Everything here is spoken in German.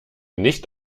nicht